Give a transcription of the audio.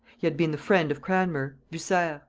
he had been the friend of cranmer, bucer,